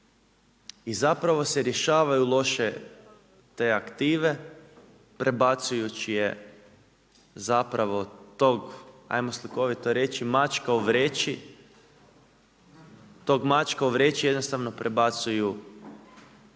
I zapravo se rješavaju loše te aktive, prebacujući je zapravo tog 'ajmo slikovito reći mačka u vreći, tog mačka u vreći jednostavno prebacuju